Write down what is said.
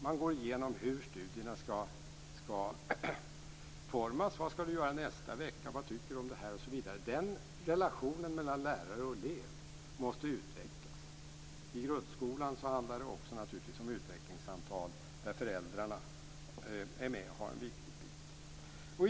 Man går igenom hur studierna skall utformas, man frågar: Vad skall du göra nästa vecka? Vad tycker du om det här? Den relationen mellan lärare och elev måste utvecklas. I grundskolan handlar det naturligtvis också om utvecklingssamtal där föräldrarna är med och har en viktig funktion.